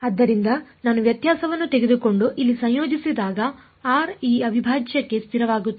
ಆದ್ದರಿಂದ ನಾನು ವ್ಯತ್ಯಾಸವನ್ನು ತೆಗೆದುಕೊಂಡು ಇಲ್ಲಿ ಸಂಯೋಜಿಸಿದಾಗ r ಈ ಅವಿಭಾಜ್ಯಕ್ಕೆ ಸ್ಥಿರವಾಗಿರುತ್ತದೆ